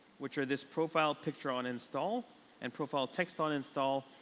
which are this profile picture on install and profile text on install.